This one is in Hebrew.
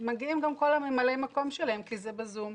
ומגיעים גם כל ממלאי המקום שלהם כי זה ב"זום",